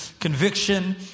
conviction